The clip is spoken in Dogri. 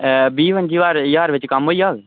बीह् पंजी ज्हार ज्हार बिच्च कम्म होई जाह्ग